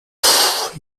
pff